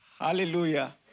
Hallelujah